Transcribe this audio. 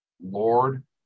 Lord